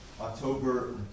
October